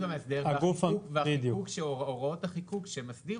זהות המאסדר והחיקוק - הוראות החיקוק - שמסדיר